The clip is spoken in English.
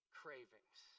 cravings